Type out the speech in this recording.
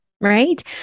right